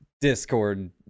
discord